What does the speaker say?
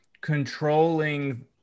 controlling